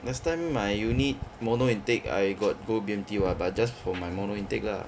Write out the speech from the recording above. last time my unit mono intake I got go B_M_T [what] but just for my mono intake lah